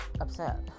upset